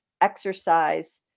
exercise